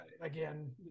again